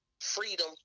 freedom